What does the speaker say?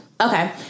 okay